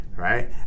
right